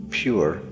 pure